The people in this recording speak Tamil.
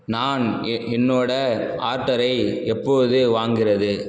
நான் என்னோட ஆர்டரை எப்போது வாங்குறது